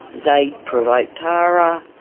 they provoked tara,